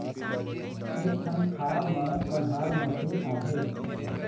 एक ठन खार म कन्हार माटी आहे?